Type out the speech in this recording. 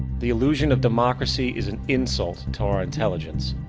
the illusion of democracy is an insult to our intelligence.